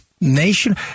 Nation